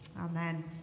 Amen